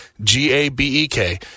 G-A-B-E-K